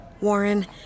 Warren